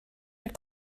your